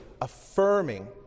affirming